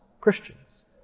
Christians